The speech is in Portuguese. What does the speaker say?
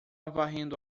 varrendo